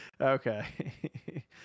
okay